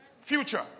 Future